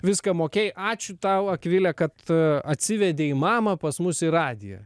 viską mokėjai ačiū tau akvile kad atsivedei mamą pas mus į radiją